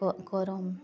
କର